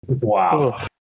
Wow